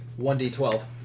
1d12